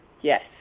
yes